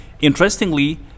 interestingly